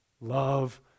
love